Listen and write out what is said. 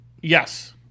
Yes